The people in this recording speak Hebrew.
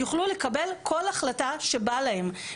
יוכלו לקבל כל החלטה שבא להם,